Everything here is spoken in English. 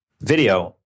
video